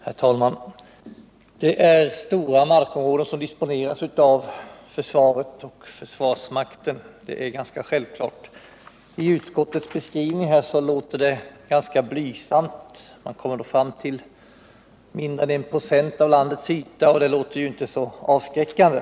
Herr talman! Det är stora markområden som disponeras av försvaret och försvarsmakten — det är ganska självklart. Men i utskottets beskrivning verkar det som om markinnehavet vore ganska blygsamt. Man kommer fram till att det är mindre än 196 av landets yta, och det låter ju inte så avskräckande.